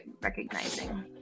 recognizing